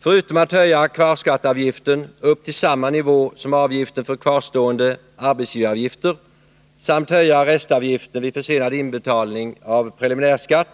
Förutom att socialdemokraterna vill höja kvarskatteavgiften upp till samma nivå som avgiften för kvarstående arbetsgivaravgifter samt höja restavgiften vid försenad inbetalning av preliminärskatt